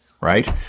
right